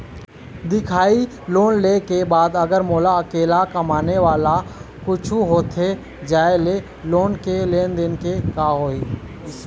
दिखाही लोन ले के बाद अगर मोला अकेला कमाने वाला ला कुछू होथे जाय ले लोन के लेनदेन के का होही?